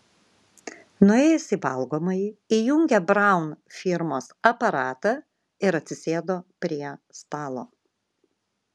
nuėjęs į valgomąjį įjungė braun firmos aparatą ir atsisėdo prie stalo